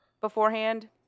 beforehand